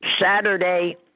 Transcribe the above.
Saturday